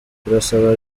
turasaba